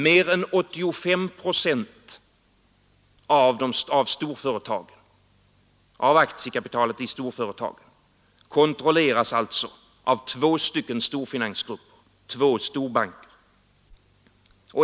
Mer än 85 procent av aktiekapitalet i storföretagen kontrolleras alltså av två storfinansgrupper, två storbanker.